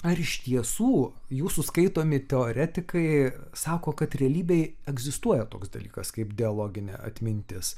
ar iš tiesų jūsų skaitomi teoretikai sako kad realybėj egzistuoja toks dalykas kaip diasloginė atmintis